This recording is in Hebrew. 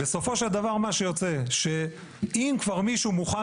בסופו של דבר מה שיוצא שאם כבר מישהו מוכן